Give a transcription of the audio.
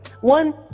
One